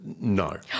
No